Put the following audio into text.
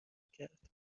کرد